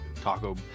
Taco